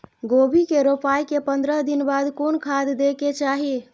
गोभी के रोपाई के पंद्रह दिन बाद कोन खाद दे के चाही?